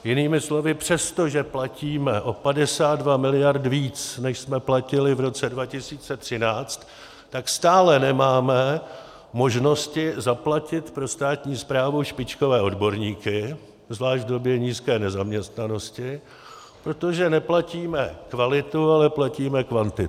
Jinými slovy, přestože platíme o 52 mld. víc, než jsme platili v roce 2013, tak stále nemáme možnosti zaplatit pro státní správu špičkové odborníky, zvlášť v době nízké nezaměstnanosti, protože neplatíme kvalitu, ale platíme kvantitu.